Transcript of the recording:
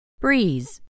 Breeze